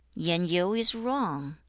yen yu is wrong.